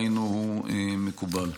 עלינו מקובל.